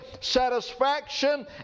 satisfaction